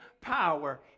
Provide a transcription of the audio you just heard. power